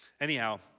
Anyhow